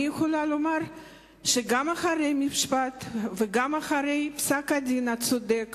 אני יכולה לומר שגם אחרי המשפט וגם אחרי פסק-הדין הצודק